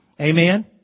Amen